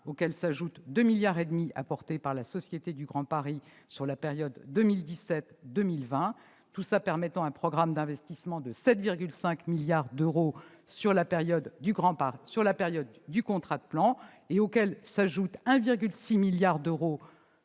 auxquels s'ajoutent 2,5 milliards d'euros apportés par la Société du Grand Paris sur la période 2017-2020. Tout cela permettra un programme d'investissements de 7,5 milliards d'euros sur la période du contrat de plan, auxquels s'ajoute 1,6 milliard d'euros